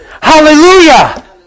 hallelujah